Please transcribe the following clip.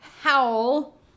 howl